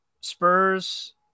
Spurs